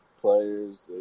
players